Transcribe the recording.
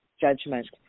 judgment